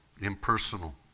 impersonal